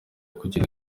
kugera